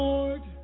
Lord